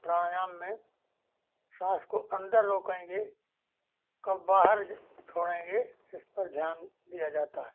प्राणायाम में श्वास को अंदर रोकेंगे कब बाहर जो छोड़ेंगे इस पर ध्यान दिया जाता है